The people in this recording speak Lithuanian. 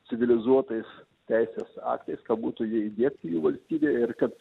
civilizuotais teisės aktais kad būtų jie įdiegti į valstybę ir kad